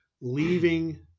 leaving